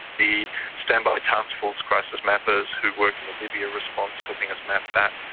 the standby task force crises mappers who worked on the libya response, helping us map that,